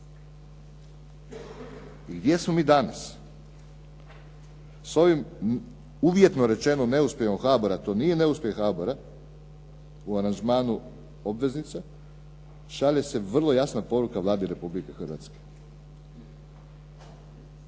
I gdje smo mi danas? S ovim, uvjetno rečeno, neuspjehom HBOR-a, to nije neuspjeh HBOR-a u aranžmanu obveznica, šalje se vrlo jasna poruka Vladi Republike Hrvatske.